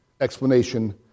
explanation